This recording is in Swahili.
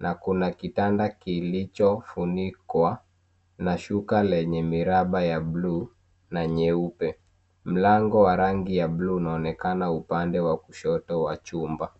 na kuna kitanda kilichofunikwa na shuka lenye miraba ya blue na nyeupe. Mlango wa rangi ya blue unaonekana upande wa kushoto wa chumba.